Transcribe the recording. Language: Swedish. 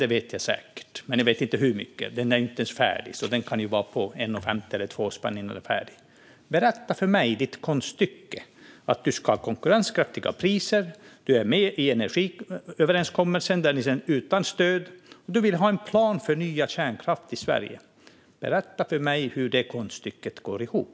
Det vet jag säkert, men jag vet inte med hur mycket mer. Reaktorn är som sagt inte ens färdig, så priset kan hamna på 1,50 eller 2 spänn innan det är klart. Berätta för mig om ditt konststycke! Du ska ha konkurrenskraftiga priser, du är med i energiöverenskommelsen, där det talas om att det ska ske utan stöd, och du vill ha en plan för ny kärnkraft i Sverige. Berätta för mig hur det konststycket går ihop!